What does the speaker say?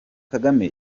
kagame